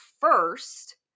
first